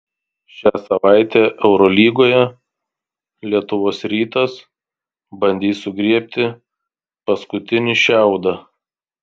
šią savaitę eurolygoje lietuvos rytas bandys sugriebti paskutinį šiaudą